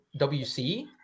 WC